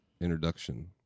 introduction